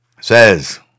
says